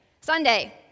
Sunday